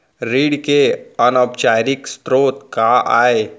ऋण के अनौपचारिक स्रोत का आय?